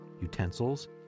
utensils